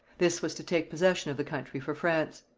this was to take possession of the country for france.